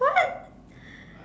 what